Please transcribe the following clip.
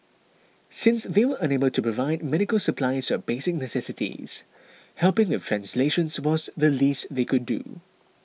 since they were unable to provide medical supplies or basic necessities helping with translations was the least they could do